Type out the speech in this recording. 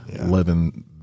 living